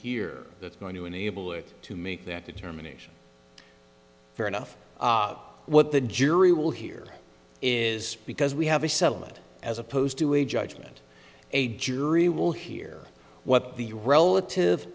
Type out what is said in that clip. hear that's going to enable it to make that determination fair enough what the jury will hear is because we have a settlement as opposed to a judgment a jury will hear what the relative